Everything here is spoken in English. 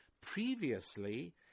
previously